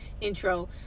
intro